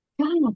God